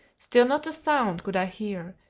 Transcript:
still not a sound could i hear,